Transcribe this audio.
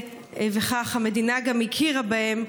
וכך גם המדינה הכירה בהם,